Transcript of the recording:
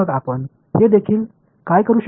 எனவே இதுவரை நாம் எதையும் தீர்க்கவில்லை